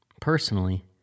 personally